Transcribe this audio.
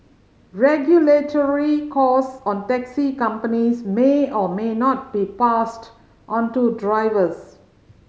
regulatory cost on taxi companies may or may not be passed onto drivers